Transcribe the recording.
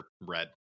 red